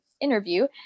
interview